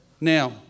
Now